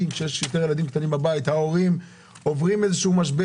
יש הרבה ילדים בבית וההורים עוברים משבר.